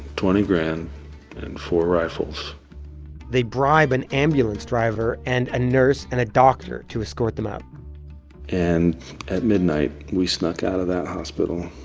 twenty grand and four rifles they bribe an ambulance driver and a nurse and a doctor to escort them out and at midnight, we snuck out of that hospital,